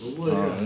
berbual jer ah